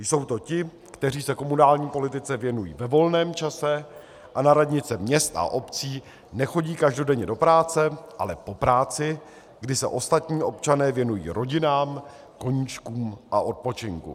Jsou to ti, kteří se komunální politice věnují ve volném čase a na radnice měst a obcí nechodí každodenně do práce, ale po práci, kdy se ostatní občané věnují rodinám, koníčkům a odpočinku.